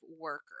worker